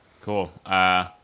Cool